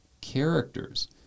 characters